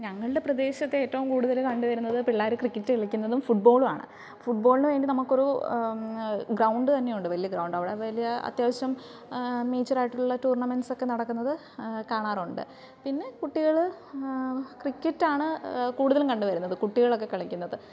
ഞങ്ങളുടെ പ്രദേശത്ത് ഏറ്റവും കൂടുതൽ കണ്ട് വരുന്നത് പിള്ളേർ ക്രിക്കറ്റ് കളിക്കുന്നതും ഫുട്ബോളുമാണ് ഫുട്ബോളിന് വേണ്ടി നമുക്കൊരു ഗ്രൗണ്ട് തന്നെയുണ്ട് വലിയ ഗ്രൗണ്ട് അവിടെ വലിയ അത്യാവശ്യം മേജറായിട്ടുള്ള ടൂർണ്ണമെൻസൊക്കെ നടക്കുന്നത് കാണാറുണ്ട് പിന്നെ കുട്ടികൾ ക്രിക്കറ്റ് ആണ് കൂടുതലും കണ്ട് വരുന്നത് കുട്ടികളൊക്കെ കളിക്കുന്നത്